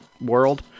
world